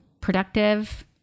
productive